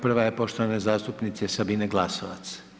Prvo je poštovane zastupnice Sabine Glasovac.